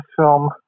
film